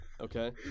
Okay